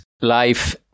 life